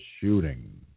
shooting